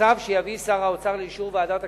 בצו שיביא שר האוצר לאישור ועדת הכספים.